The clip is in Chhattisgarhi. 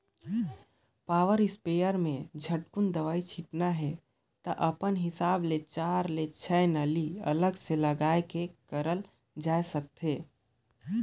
पावर स्पेयर में झटकुन दवई छिटना हे त अपन हिसाब ले चार ले छै नली अलग से लगाये के करल जाए सकथे